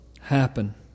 happen